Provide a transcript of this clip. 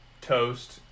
toast